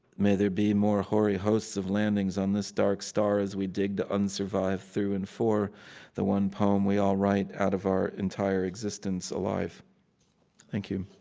may there be more hoary hosts of landings on this dark star as we dig to un-survive through, and for the one poem we all write out of our entire existence alive thank you.